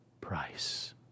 price